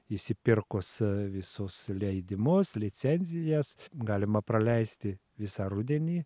išsipirkus visus leidimus licenzijas galima praleisti visą rudenį